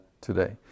today